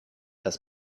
dass